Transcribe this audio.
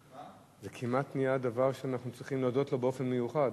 זה כמעט נהיה דבר שאנחנו צריכים להודות עליו באופן מיוחד.